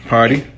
Party